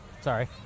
Sorry